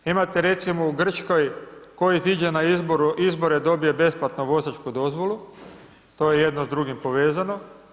Imate recimo u Grčkoj tko iziđe na izbore dobije besplatnu vozačku dozvolu, to je jedno s drugim povezano.